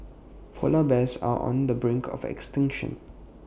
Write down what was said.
Polar Bears are on the brink of extinction